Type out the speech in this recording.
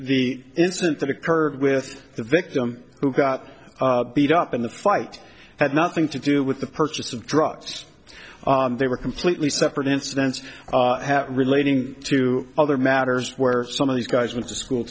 the incident that occurred with the victim who got beat up in the fight had nothing to do with the purchase of drugs they were completely separate incidents relating to other matters where some of these guys went to school